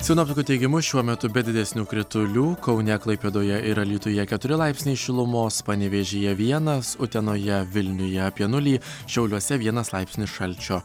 sinoptikų teigimu šiuo metu be didesnių kritulių kaune klaipėdoje ir alytuje keturi laipsniai šilumos panevėžyje vienas utenoje vilniuje apie nulį šiauliuose vienas laipsnis šalčio